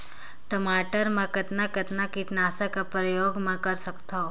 टमाटर म कतना कतना कीटनाशक कर प्रयोग मै कर सकथव?